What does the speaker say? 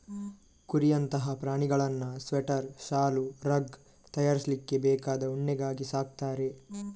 ಕುರಿಯಂತಹ ಪ್ರಾಣಿಗಳನ್ನ ಸ್ವೆಟರ್, ಶಾಲು, ರಗ್ ತಯಾರಿಸ್ಲಿಕ್ಕೆ ಬೇಕಾದ ಉಣ್ಣೆಗಾಗಿ ಸಾಕ್ತಾರೆ